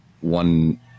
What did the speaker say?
one